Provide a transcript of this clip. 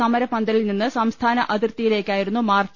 സമരപന്തലിൽ നിന്ന് സംസ്ഥാന അതിർത്തിയിലേക്കായിരുന്നു മാർച്ച്